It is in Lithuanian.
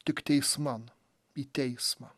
tik teisman į teismą